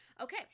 Okay